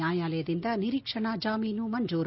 ನ್ಯಾಯಾಲಯದಿಂದ ನಿರೀಕ್ಷಣಾ ಜಾಮೀನು ಮಂಜೂರು